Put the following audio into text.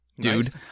dude